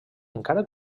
encara